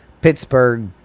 Pittsburgh